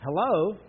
Hello